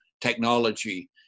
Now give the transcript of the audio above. technology